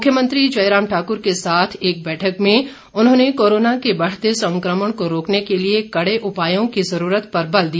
मुख्यमंत्री जयराम ठाकुर के साथ एक बैठक में उन्होंने कोरोना के बढ़ते संक्रमण को रोकने के लिए कड़े उपायों की ज़रूरत पर बल दिया